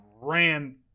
ran